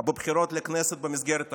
בבחירות לכנסת במסגרת החוק,